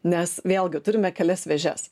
nes vėlgi turime kelias vėžes